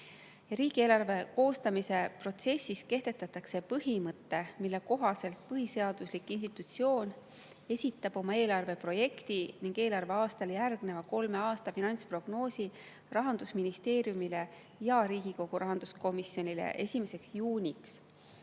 Riigieelarve koostamise protsessis kehtestatakse põhimõte, mille kohaselt põhiseaduslik institutsioon esitab oma eelarve projekti ning eelarveaastale järgneva kolme aasta finantsprognoosi Rahandusministeeriumile ja Riigikogu rahanduskomisjonile 1. juuniks.